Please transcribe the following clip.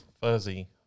Fuzzy